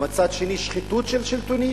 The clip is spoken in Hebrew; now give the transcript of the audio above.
ומצד שני שחיתות שלטונית,